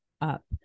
up